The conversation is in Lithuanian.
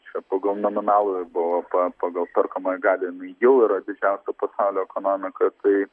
čia pagal nominalųjį bvp pagal perkamąją galią jinai jau yra didžiausia pasaulio ekonomika tai